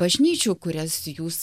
bažnyčių kurias jūs